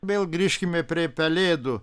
vėl grįžkime prie pelėdų